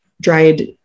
dried